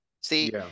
See